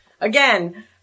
Again